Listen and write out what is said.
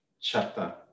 chapter